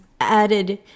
added